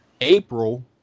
April